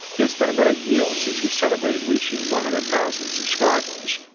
it's been about a year since we celebrated reaching one hundred thousand subscribers,